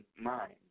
mind